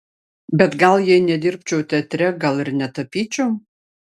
bet gal jei nedirbčiau teatre gal ir netapyčiau